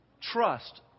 Trust